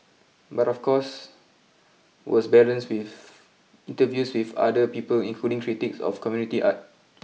but of course was balanced with interviews with other people including critics of community art